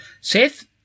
Seth